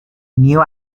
new